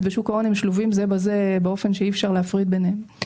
ושוק ההון הם שלובים זה בזה באופן שאי אפשר להפריד ביניהם.